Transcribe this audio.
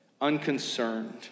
unconcerned